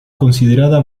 considerada